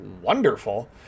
wonderful